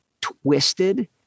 twisted